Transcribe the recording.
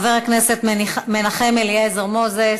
חבר הכנסת מנחם אליעזר מוזס,